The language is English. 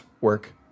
work